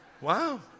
Wow